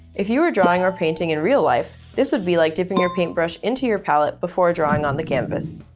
if you are drawing or painting in real life, this would be like dipping your paintbrush into your palette before drawing on the canvas.